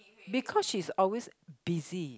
because she's always busy